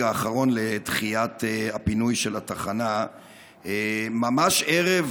האחרון לדחיית הפינוי של התחנה ממש ערב,